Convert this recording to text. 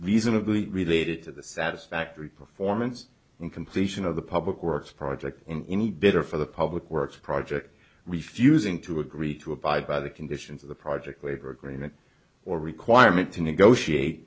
reasonably related to the satisfactory performance completion of the public works project in any bidder for the public works project refusing to agree to abide by the conditions of the project waiver agreement or requirement to negotiate